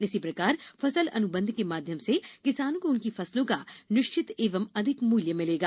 इसी प्रकार फसल अन्बंध के माध्यम से किसानों को उनकी फसलों का निश्चित एवं अधिक मूल्य मिलेगा